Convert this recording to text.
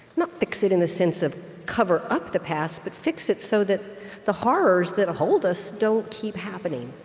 not fix it in the sense of cover up the past, but fix it so that the horrors that hold us don't keep happening.